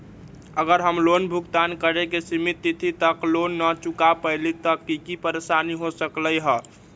अगर हम लोन भुगतान करे के सिमित तिथि तक लोन न चुका पईली त की की परेशानी हो सकलई ह?